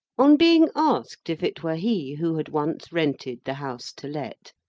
on being asked if it were he who had once rented the house to let,